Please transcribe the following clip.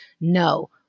no